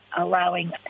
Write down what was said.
allowing